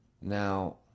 Now